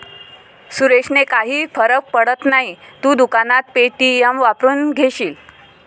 सुरेशने काही फरक पडत नाही, तू दुकानात पे.टी.एम वापरून घेशील